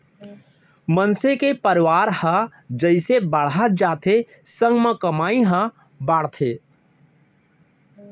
मनसे के परवार ह जइसे बाड़हत जाथे संग म कमई ह बाड़थे